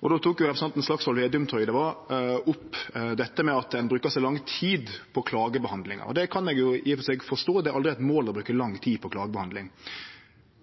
dag. Då tok representanten Slagsvold Vedum – trur eg det var – opp at ein brukar så lang tid på klagebehandlinga. Det kan eg i og for seg forstå. Det er aldri eit mål å bruke lang tid på klagebehandling.